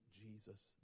Jesus